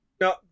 No